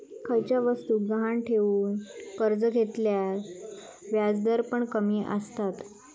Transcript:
खयच्या वस्तुक गहाण ठेवन कर्ज घेतल्यार व्याजदर पण कमी आसतत